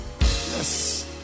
Yes